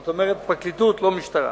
זאת אומרת, פרקליטות, לא משטרה.